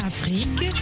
Afrique